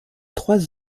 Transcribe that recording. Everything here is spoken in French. trois